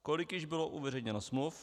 Kolik již bylo uveřejněno smluv?